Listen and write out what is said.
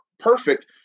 perfect